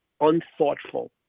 unthoughtful